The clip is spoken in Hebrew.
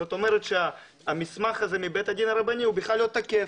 זאת אומרת שהמסמך הזה מבית הדין הרבני בכלל לא תקף,